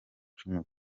icumu